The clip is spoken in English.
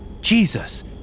Jesus